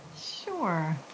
Sure